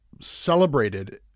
celebrated